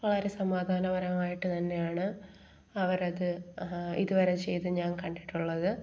വളരെ സമാധാനപരമായിട്ട് തന്നെയാണ് അവരത് ഇതുവരെ ചെയ്തു ഞാൻ കണ്ടിട്ടുള്ളത്